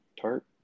tart